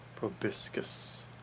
Probiscus